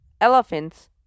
elephants